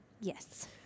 Yes